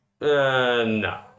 no